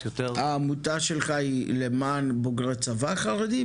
יותר- -- העמותה שלך למען בוגרי צבא חרדים,